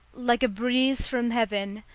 like a breeze from heaven,